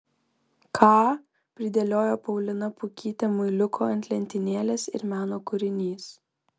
ką pridėliojo paulina pukytė muiliukų ant lentynėlės ir meno kūrinys